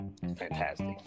fantastic